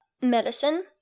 medicine